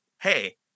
Hey